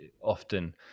often